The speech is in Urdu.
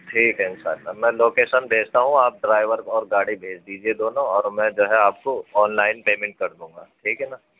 ٹھیک ہے ان شاء اللہ میں لوکیشن بھیجتا ہوں آپ ڈرائیور اور گاڑی بھیج دیجیے دونوں اور میں جو ہے آپ کو آن لائن پیمنٹ کر دوں گا ٹھیک ہے نا